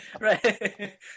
Right